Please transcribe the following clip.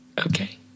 Okay